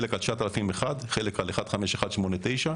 חלק על 9001 וחלק על 15189,